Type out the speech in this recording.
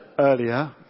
earlier